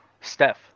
Steph